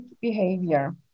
behavior